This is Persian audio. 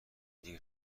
دیگه